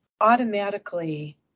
automatically